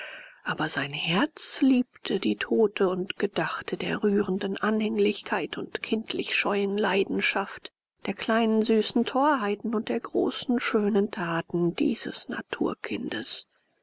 aber sein herz liebte die tote und gedachte der rührenden anhänglichkeit und kindlich keuschen leidenschaft der kleinen süßen torheiten und der großen schönen taten dieses naturkindes